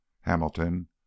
Hamilton